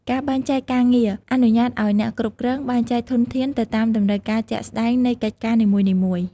ការបែងចែកការងារអនុញ្ញាតឱ្យអ្នកគ្រប់គ្រងបែងចែកធនធាន ទៅតាមតម្រូវការជាក់ស្តែងនៃកិច្ចការនីមួយៗ។